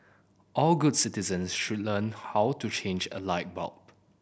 all good citizens should learn how to change a light bulb